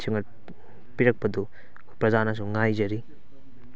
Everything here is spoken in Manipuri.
ꯁꯦꯝꯒꯠ ꯄꯤꯔꯛꯄꯗꯨ ꯄ꯭ꯔꯖꯥꯅꯁꯨ ꯉꯥꯏꯖꯔꯤ